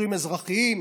נישואין אזרחים,